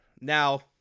now